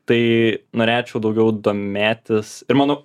tai norėčiau daugiau domėtis ir manau